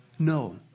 No